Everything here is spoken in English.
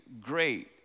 great